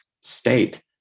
state